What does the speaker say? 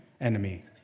enemy